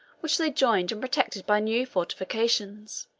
which they joined and protected by new fortifications.